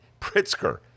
pritzker